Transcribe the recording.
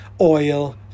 oil